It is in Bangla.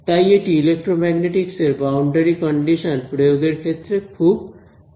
তাই এটি ইলেক্ট্রোম্যাগনেটিকস এর বাউন্ডারি কন্ডিশন প্রয়োগ এর ক্ষেত্রে খুব গুরুত্বপূর্ণ